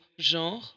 genre